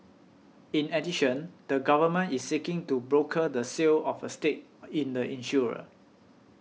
in addition the government is seeking to broker the sale of a stake in the insurer